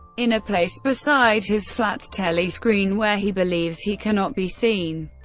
in a place beside his flat's telescreen where he believes he cannot be seen,